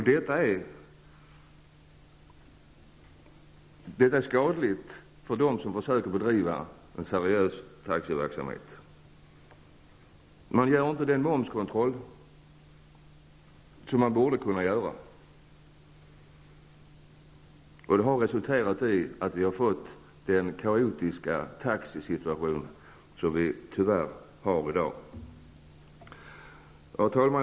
Detta är skadligt för dem som försöker bedriva en seriös taxiverksamhet. Man gör inte den momskontroll som man borde kunna göra, och det har resulterat i att vi har fått den kaotiska taxisituation som vi tyvärr har i dag. Herr talman!